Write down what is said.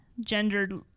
gendered